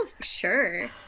Sure